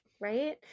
Right